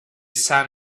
sun